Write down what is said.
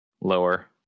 lower